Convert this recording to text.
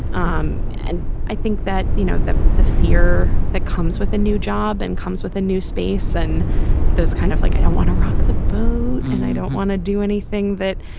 um and i think that, you know, that the fear that comes with a new job and comes with a new space and those kind of like, i don't want to rock the boat and i don't want to do anything that,